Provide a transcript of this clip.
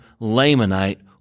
Lamanite